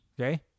okay